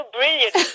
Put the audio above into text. brilliant